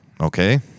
Okay